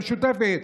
המשותפת?